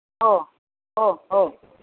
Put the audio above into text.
हो हो हो